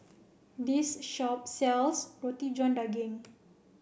this shop sells Roti John Daging